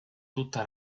tutta